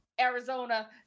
Arizona